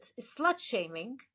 slut-shaming